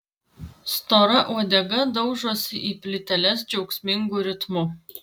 stora uodega daužosi į plyteles džiaugsmingu ritmu